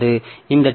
எனவே இந்த டி